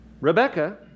Rebecca